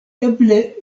eble